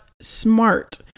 smart